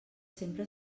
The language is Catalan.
sempre